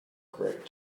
great